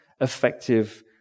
effective